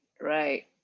right